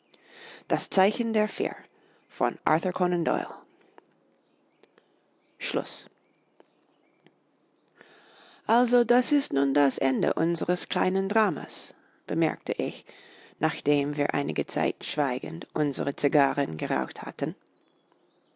so das ist nun das ende unseres kleinen dramas bemerkte ich nachdem wir einige zeit still geraucht hatten